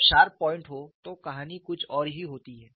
जब sharp point हो तो कहानी कुछ और ही होती है